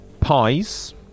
pies